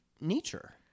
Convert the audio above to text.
nature